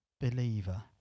believer